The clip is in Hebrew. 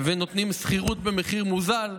ושכירות במחיר מוזל.